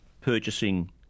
purchasing